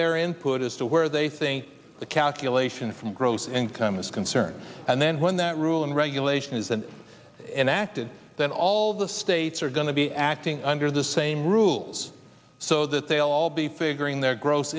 their input as to where they think the calculation from gross income is concerned and then when that rule and regulation isn't enacted then all the states are going to be acting under the same rules so that they'll all be figuring their gross